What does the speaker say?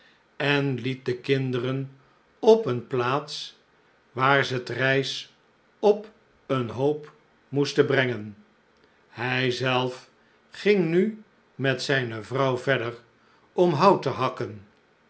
en liet de kinderen op eene plaats waar ze t rijs op een hoop moesten brengen hij zelf ging nu met zijne vrouw verder om hout te hakken